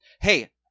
Hey